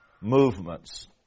movements